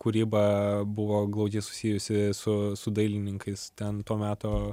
kūryba buvo glaudžiai susijusi su su dailininkais ten to meto